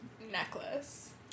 necklace